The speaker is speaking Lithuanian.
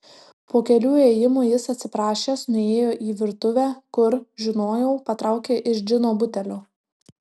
po kelių ėjimų jis atsiprašęs nuėjo į virtuvę kur žinojau patraukė iš džino butelio